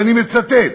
ואני מצטט: